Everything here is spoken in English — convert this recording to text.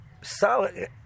solid